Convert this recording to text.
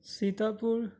Sitapur